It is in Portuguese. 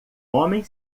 homem